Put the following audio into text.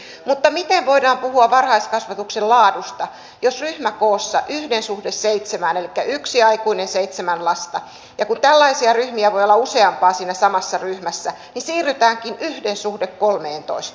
mutta miten voidaan puhua varhaiskasvatuksen laadusta jos ryhmäkoosta yhden suhde seitsemään elikkä yksi aikuinen seitsemän lasta kun tällaisia ryhmiä voi olla useampia siinä samassa ryhmässä siirrytäänkin yhden suhteeseen kolmeentoista